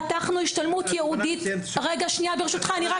פתחנו השתלמות ייעודית --- זה לא